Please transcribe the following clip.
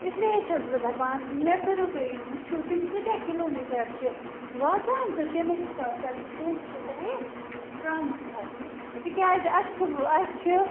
اِسلیے چھَس بہٕ دَپان مےٚ کٔرِو تُہۍ وُچھِو تِم کٲتیٛاہ کِلو میٖٹر چھِ واتان تہٕ تَمے حِساب کَرٕ بہٕ پۅنٛسہٕ تہِ تۄہہِ ٹرٛانسفَر تکیٛازِ اَسہِ چھِ اَسہِ چھِ